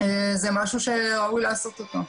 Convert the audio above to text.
וזה משהו שראוי לעשות אותו.